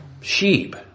sheep